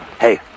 Hey